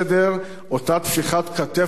אותה טפיחת כתף חברמנית,